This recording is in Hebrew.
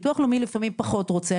ביטוח לאומי לפעמים פחות רוצה,